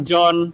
John